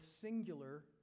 singular